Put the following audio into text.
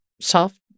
soft